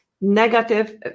negative